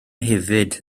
hefyd